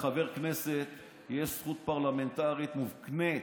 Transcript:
לחבר הכנסת יש זכות פרלמנטרית מוקנית,